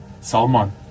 Salman